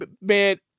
Man